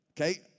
Okay